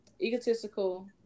egotistical